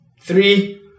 Three